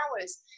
hours